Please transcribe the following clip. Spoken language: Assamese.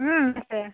আছে